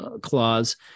clause